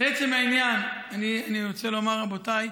לעצם העניין, אני רוצה לומר, רבותיי,